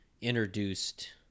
introduced